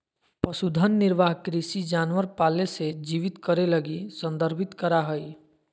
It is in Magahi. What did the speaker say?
पशुधन निर्वाह कृषि जानवर पाले से जीवित करे लगी संदर्भित करा हइ